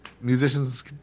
musicians